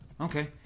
okay